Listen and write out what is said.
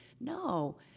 No